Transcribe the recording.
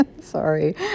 Sorry